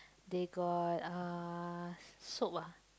they got uh soap ah